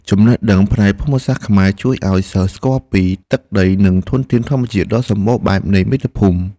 ចំណេះដឹងផ្នែកភូមិសាស្ត្រខ្មែរជួយឱ្យសិស្សស្គាល់ពីទឹកដីនិងធនធានធម្មជាតិដ៏សម្បូរបែបនៃមាតុភូមិ។